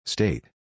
State